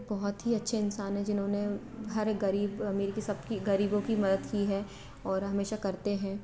वो बहुत ही अच्छे इंसान है जिन्होंने हर एक ग़रीब अमीर की सब की ग़रीबों की मदद की है और हमेशा करते हैं